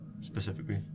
specifically